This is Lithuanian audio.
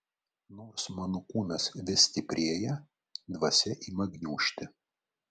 nors mano kūnas vis stiprėja dvasia ima gniužti